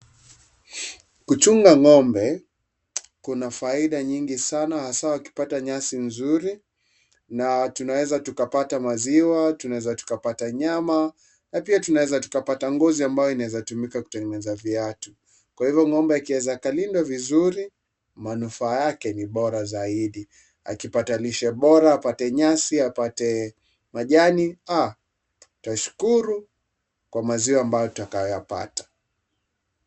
Kuchunga ng'ombe kuna faida nyingi sana asa akipata nyasi nzuri, na tunawezatukapata maziwa, tunaweza tukapata nyama na pia tunaweza tukapata ngozi ambayo inawezatumika kutengeneza viatu. Ng'ombe akiwezaakalindwa vizuri, manufaa yake ni bora zaidi. Akipata lishe bora, apate nyasi, apate majani, aa tutashukuru kwa maziwa ambayo tutakayoyapata.